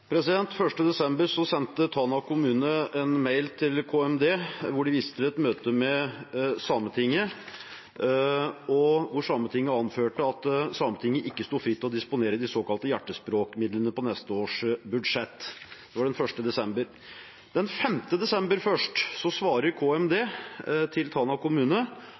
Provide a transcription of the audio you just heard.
Den 1. desember sendte Tana kommune en mail til Kommunal- og moderniseringsdepartementet hvor de viste til et møte med Sametinget, der Sametinget anførte at de ikke sto fritt til å disponere de såkalte hjertespråkmidlene på neste års budsjett. Det var den 1. desember. Først den 5. desember svarte KMD til Tana kommune